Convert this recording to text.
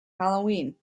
halloween